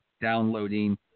downloading